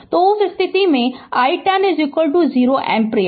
तो उस स्थिति में i 1 0 0 एम्पीयर